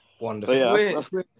Wonderful